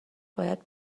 باید